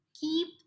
keep